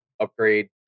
upgrade